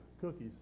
cookies